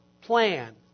plan